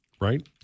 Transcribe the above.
right